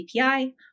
API